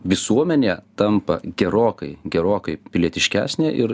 visuomenė tampa gerokai gerokai pilietiškesnė ir